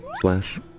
slash